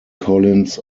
collins